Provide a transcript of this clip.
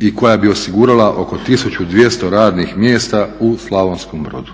i koja bi osigurala oko 1200 radnih mjesta u Slavonskom Brodu?